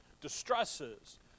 distresses